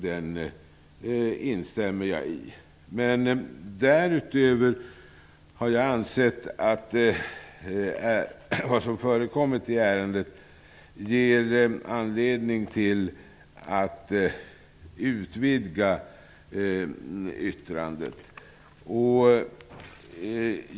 Den instämmer jag i, men därutöver har jag ansett att vad som förekommit i ärendet ger anledning till att utvidga yttrandet.